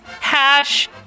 hash